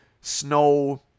Snow